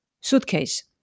suitcase